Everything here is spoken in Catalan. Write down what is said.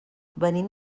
venim